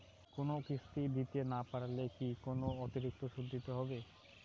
কোনো কিস্তি দিতে না পারলে কি অতিরিক্ত সুদ দিতে হবে?